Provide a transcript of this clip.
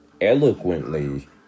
Eloquently